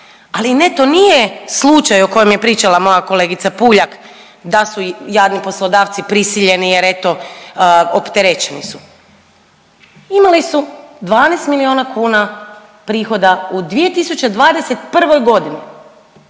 ali ne to nije slučaj o kojem je pričala moja kolegica Puljak da su jadni poslodavci prisiljeni jer eto opterećeni su, imali su 12 miliona kruna prihoda u 2021. godini